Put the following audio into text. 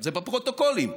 זה בפרוטוקולים,